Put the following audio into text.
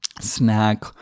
snack